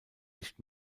nicht